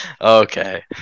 Okay